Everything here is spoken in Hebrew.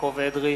יעקב אדרי,